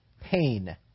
Pain